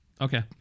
Okay